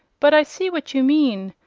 but i see what you mean.